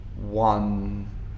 one